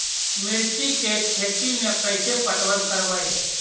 मिर्ची के खेति में कैसे पटवन करवय?